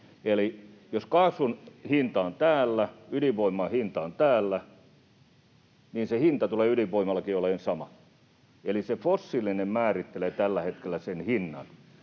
jos kaasun hinta on täällä ja ydinvoiman hinta on täällä, niin se hinta tulee ydinvoimallakin olemaan sama. Eli se fossiilinen määrittelee tällä hetkellä sen hinnan,